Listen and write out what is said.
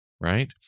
right